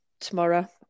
tomorrow